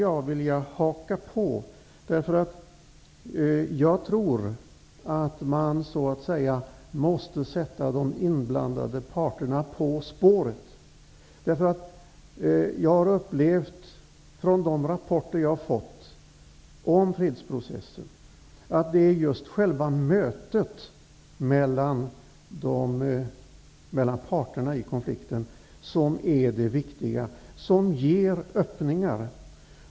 Jag tror att man måste sätta de inblandade parterna på spåret, därför att jag har upplevt av de rapporter som jag har fått om fredsprocessen att det är just själva mötet mellan parterna i konflikten som är det viktiga, och som ger öppningar.